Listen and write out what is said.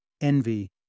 envy